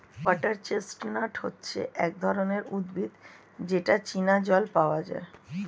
water chestnut হচ্ছে এক ধরনের উদ্ভিদ যেটা চীনা জল পাওয়া যায়